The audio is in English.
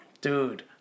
Dude